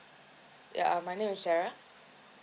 ya my name is sarah